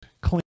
clean